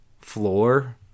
floor